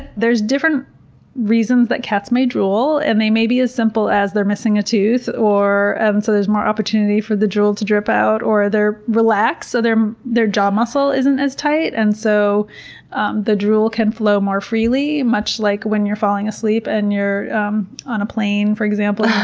there's different reasons that cats may drool and they may be as simple as they're missing a tooth, and and so there's more opportunity for the drool to drip out. or they're relaxed so their jaw muscle isn't as tight, and so um the drool can flow more freely, much like when you're falling asleep and you're um on a plane, for example, yeah